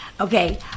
Okay